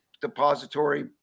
Depository